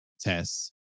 tests